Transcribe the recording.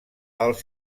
els